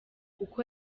uko